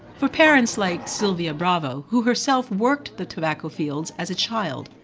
for parents like silvia bravo, who herself worked the tobacco fields as a child,